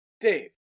Dave